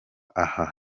aha